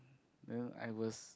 then I was